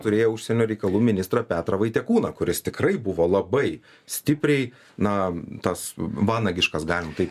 turėję užsienio reikalų ministrą petrą vaitiekūną kuris tikrai buvo labai stipriai na tas vanagiškas galim taip